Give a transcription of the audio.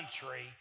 country